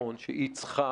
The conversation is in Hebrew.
וביטחון שצריכה